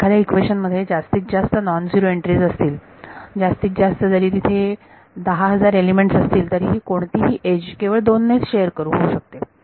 म्हणून एखाद्या इक्वेशन मध्ये जास्तीत जास्त नॉन झिरो एन्ट्रीज असतील जास्तीत जास्त जरी तिथे 10000 एलिमेंट्स असतील तरीही कोणतीही एज केवळ दोन ने च शेअर होऊ शकते